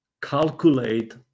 calculate